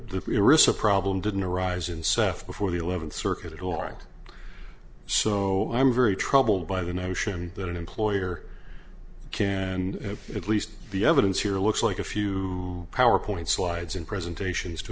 era's a problem didn't arise in seth before the eleventh circuit all right so i'm very troubled by the notion that an employer can and at least the evidence here looks like a few powerpoint slides and presentations to